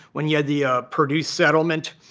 when you had the ah purdue settlement,